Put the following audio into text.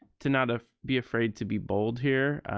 to not ah be afraid to be bold here.